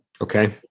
Okay